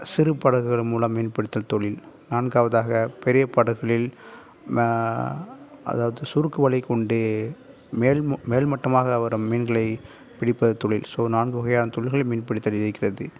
சிறு படகுகள் மூலம் மீன்பிடித்தல் தொழில் நான்காவதாக பெரிய படகுகளில் அதாவது சுருக்கு வலைக்கொண்டு மேல் மோ மேல்மட்டமாக வரும் மீன்களை பிடிப்பது தொழில் ஸோ நான்கு வகையான தொழிகள் மீன்பிடித்தலில் இருக்கிறது